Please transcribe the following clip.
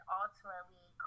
ultimately